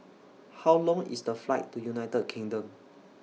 How Long IS The Flight to United Kingdom